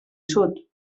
sud